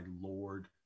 lord